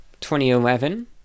2011